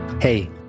Hey